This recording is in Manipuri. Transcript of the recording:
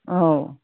ꯑꯧ